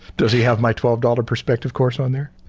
does he have my twelve dollars perspective course on there?